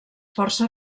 força